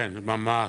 ממש.